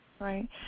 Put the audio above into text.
Right